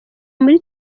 muri